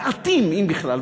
מעטים, אם בכלל.